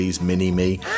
mini-me